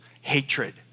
hatred